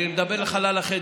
אני מדבר לחלל החדר,